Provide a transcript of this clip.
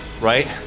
right